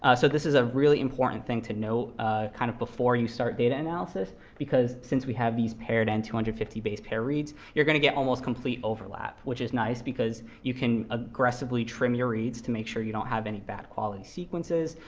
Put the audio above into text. ah so this is a really important thing to note kind of before you start data analysis, because since we have these paired-end two hundred and fifty basepair reads, you're going to get almost complete overlap. which is nice, because you can aggressively trim your reads to make sure you don't have any bad quality sequences.